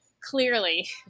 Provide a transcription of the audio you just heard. clearly